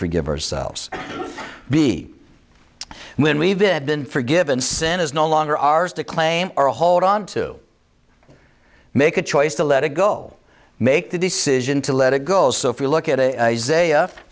forgive ourselves be when we even have been forgiven sin is no longer ours to claim or hold on to make a choice to let it go make the decision to let it go so if you look at it as